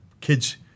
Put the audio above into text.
kids